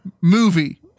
movie